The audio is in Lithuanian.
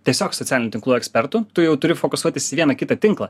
tiesiog socialinių tinklų ekspertu tu jau turi fokusuotis vieną kitą tinklą